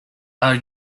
are